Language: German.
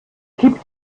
kippt